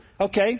okay